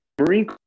marine